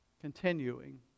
Continuing